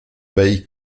bei